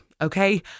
okay